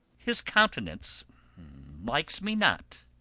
his countenance likes me not.